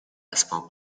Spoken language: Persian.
اسباب